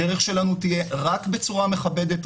הדרך שלנו תהיה רק בצורה מכבדת,